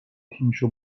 تیمشو